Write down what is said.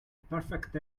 perfect